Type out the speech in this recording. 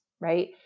right